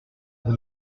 vous